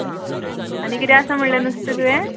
आ आनी किदें आसा म्हळ्ळें नुस्तें तुंवें